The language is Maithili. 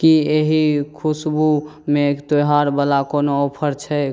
की एहि खुशबूमे त्यौहारवला कोनो ऑफर छैक